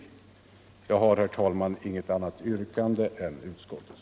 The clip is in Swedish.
brott Jag har, herr talman, inget annat yrkande än utskottets.